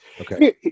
Okay